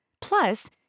Plus